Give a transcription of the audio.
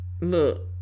look